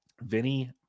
Vinny